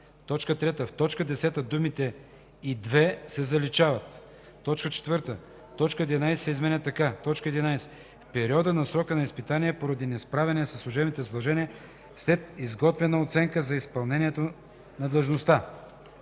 3. В т. 10 думите „и 2” се заличават. 4. Точка 11 се изменя така: „11. в периода на срока за изпитване – поради несправяне със служебните задължения след изготвена оценка за изпълнението на длъжността;”.